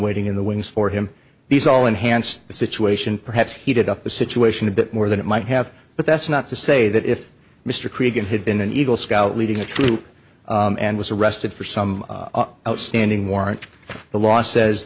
waiting in the wings for him these all enhanced the situation perhaps heated up the situation a bit more than it might have but that's not to say that if mr cregan had been an eagle scout leading a troop and was arrested for some outstanding warrant the law says